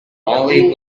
only